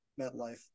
MetLife